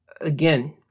again